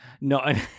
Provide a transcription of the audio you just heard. No